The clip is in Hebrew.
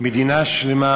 מדינה שלמה